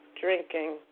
drinking